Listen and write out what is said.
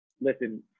listen